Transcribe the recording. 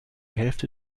hälfte